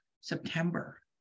September